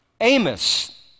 Amos